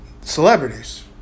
celebrities